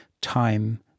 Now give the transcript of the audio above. time